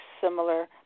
similar